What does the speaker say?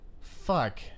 Fuck